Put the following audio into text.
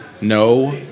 No